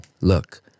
look